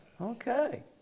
Okay